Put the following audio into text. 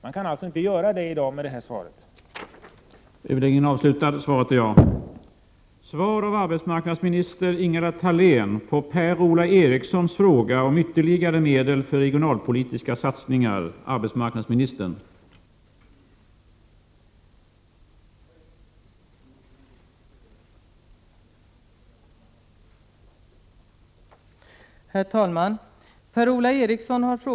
Man kan alltså inte göra det i dag efter arbetsmarknadsministerns svar.